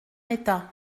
état